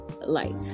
life